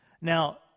Now